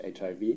HIV